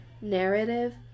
narrative